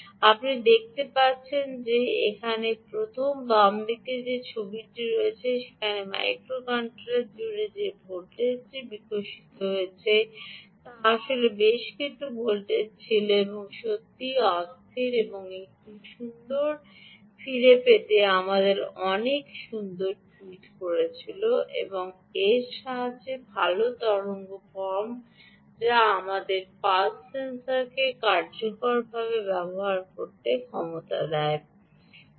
আপনি দেখতে পাচ্ছেন যে এখানে প্রথম বাম দিকে যে ছবিটি আপনি দেখছেন মাইক্রোকন্ট্রোলার জুড়ে যে ভোল্টেজটি বিকশিত হয়েছিল তা আসলে বেশ কিছু ভোল্টেজ ছিল সত্যিই অস্থির এবং একটি সুন্দর ফিরে পেতে আমাদের অনেক সুন্দর টুইট করতে হয়েছিল a এখানে ভাল তরঙ্গ ফর্ম যা আমাদের পালস সেন্সরকে কার্যকরভাবে ব্যবহার এবং ক্ষমতা দিতে দেয়